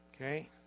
Okay